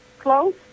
Close